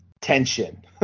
tension